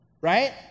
right